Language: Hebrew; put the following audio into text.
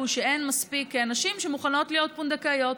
שאין מספיק נשים שמוכנות להיות פונדקאיות.